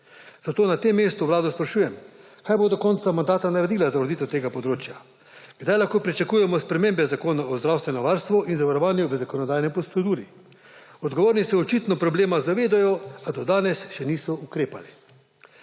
Zato na tem mestu Vlado sprašujem, kaj bo do konca mandata naredila za ureditev tega področja. Kdaj lahko pričakujemo spremembe Zakona o zdravstvenem varstvu in zdravstvenem zavarovanju v zakonodajni proceduri? Odgovorni se očitno problema zavedajo, a do danes še niso ukrepali.